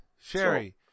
Sherry